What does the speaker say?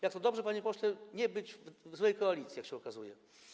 Jak to dobrze, panie pośle, nie być w złej koalicji, jak się okazuje.